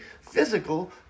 physical